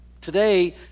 Today